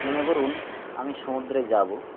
মনে করুন আমি সমুদ্রে যাবো